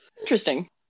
interesting